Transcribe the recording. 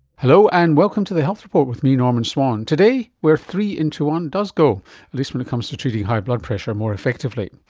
hello, and welcome to the health report with me, norman swan. today, where three into one does go, at least when it comes to treating high blood pressure more effectively.